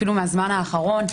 אפילו מהזמן האחרון,